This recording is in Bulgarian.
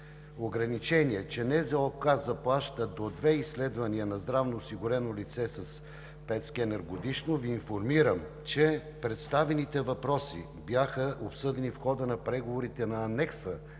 здравноосигурителна каса заплаща до две изследвания на здравноосигурено лице с РЕТ скенер годишно, Ви информирам, че поставените въпроси бяха обсъдени в хода на преговорите по анекса